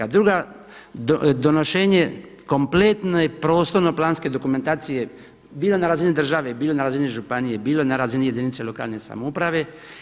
Druga, donošenje kompletne prostorno-planske dokumentacije bilo na razini države, bilo na razini županije, bilo na razini jedinice lokalne samouprave.